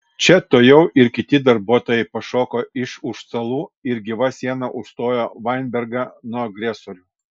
čia tuojau ir kiti darbuotojai pašoko iš už stalų ir gyva siena užstojo vainbergą nuo agresorių